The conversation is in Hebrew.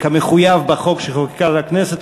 כמחויב בחוק שחוקקה הכנסת,